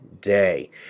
day